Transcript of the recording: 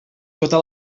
tota